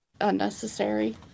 Unnecessary